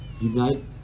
Unite